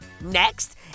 next